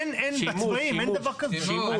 איתן,